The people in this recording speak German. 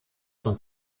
von